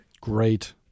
Great